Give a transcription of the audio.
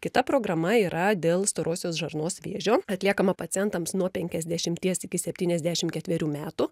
kita programa yra dėl storosios žarnos vėžio atliekama pacientams nuo penkiasdešimties iki septyniasdešim ketverių metų